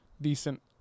decent